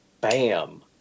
bam